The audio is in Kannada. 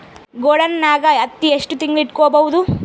ಗೊಡಾನ ನಾಗ್ ಹತ್ತಿ ಎಷ್ಟು ತಿಂಗಳ ಇಟ್ಕೊ ಬಹುದು?